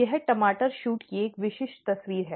यह टमाटर शूट की एक विशिष्ट तस्वीर है